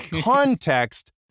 context